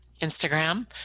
Instagram